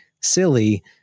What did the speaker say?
silly